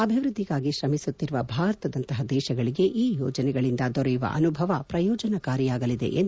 ಅಭಿವೃದ್ದಿಗಾಗಿ ಶ್ರಮಿಸುತ್ತಿರುವ ಭಾರತದಂತಹ ದೇಶಗಳಿಗೆ ಈ ಯೋಜನೆಗಳಿಂದ ದೊರೆಯುವ ಅನುಭವ ಪ್ರಯೋಜಕಾರಿಯಾಗಲಿದೆ ಎಂದು ಹೇಳಿದರು